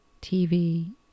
TV